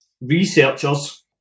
researchers